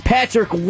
Patrick